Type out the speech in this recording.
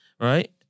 right